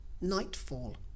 nightfall